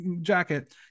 jacket